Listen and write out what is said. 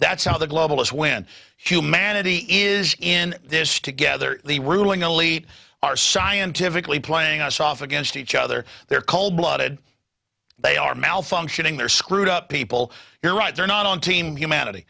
that's how the globalist when humanity is in this together the ruling elite are scientifically playing us off against each other they're cold blooded they are malfunctioning they're screwed up people you're right they're not on team humanity